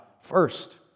first